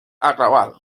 acabar